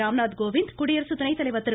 ராம்நாத் கோவிந்த் குடியரசு துணை தலைவர் திரு